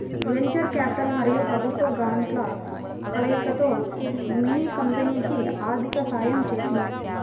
venture capital మరియు ప్రభుత్వ గ్రాంట్ల కలయికతో మిన్నీ కంపెనీకి ఆర్థిక సహాయం చేసింది